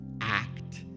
act